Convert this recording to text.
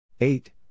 eight